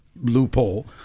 loophole